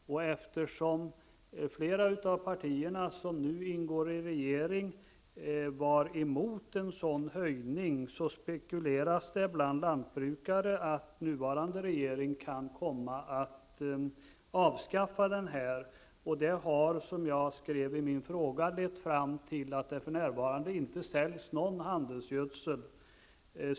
Eftersom flera av partierna som nu ingår i regeringen var emot en sådan höjning spekuleras det bland lantbrukare om att den nuvarande regeringen kan komma att avskaffa denna. Det har, som jag skrev i min fråga, lett fram till att det för närvarande inte säljs någon handelsgödsel.